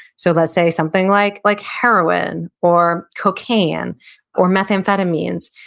so let's say something like like heroin or cocaine or methamphetamines,